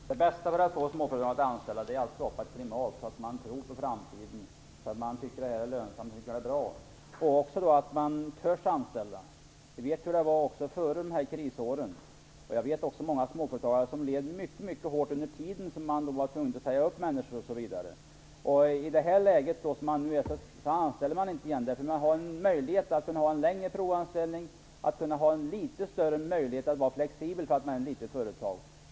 Fru talman! Det bästa sättet att få småföretagare att anställa folk är att skapa ett klimat som gör att de tror på framtiden och tycker att det är lönsamt att anställa. De måste våga anställa. Vi vet hur det var före krisåren. Jag vet många småföretag som led mycket svårt under den tid då man var tvungen att säga upp människor. I det läge som man nu befinner sig i anställer man inte igen. Man vill ha en möjlighet att ha en längre provanställning och litet större möjligheter att vara flexibel eftersom man är ett litet företag.